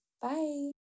Bye